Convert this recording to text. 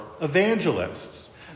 evangelists